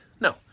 No